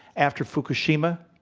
after fukushima,